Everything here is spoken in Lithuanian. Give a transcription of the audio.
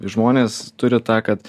žmonės turi tą kad